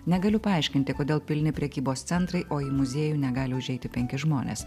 negaliu paaiškinti kodėl pilni prekybos centrai o į muziejų negali užeiti penki žmonės